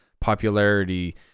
popularity